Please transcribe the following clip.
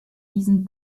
diesen